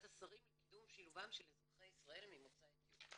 השרים לקידום שילובם של אזרחי ישראל ממוצא אתיופי.